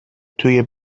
توی